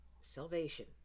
Salvation